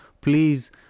please